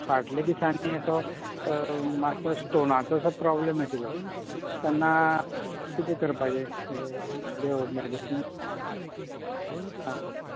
फाटलें दिसांनी असो मातसो स्टोनाचो प्रोब्लम आशिल्लो तेन्ना कितें करपाचें कितें करपाचे कितें मेडीसिन्स आं